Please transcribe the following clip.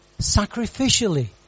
sacrificially